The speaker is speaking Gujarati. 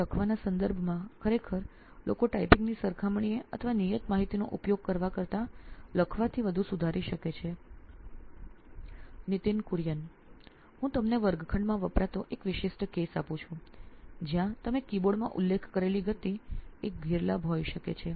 તો લખવાના સંદર્ભમાં ખરેખર લોકો ટાઈપિંગ ની સરખામણીએ અથવા નિયત માહિતીનો ઉપયોગ કરવા કરતા લખવાથી વધુ સુધારી શકે છે નીતિન કુરિયન સીઓઓ નોઇન ઇલેક્ટ્રોનિક્સ હું તમને વર્ગખંડમાં વપરાતો એક વિશિષ્ટ case આપું છું જ્યાં તમે કીબોર્ડમાં ઉલ્લેખ કરેલી ગતિ એક ગેરલાભ હોઈ શકે છે